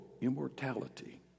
immortality